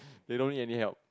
they don't need any help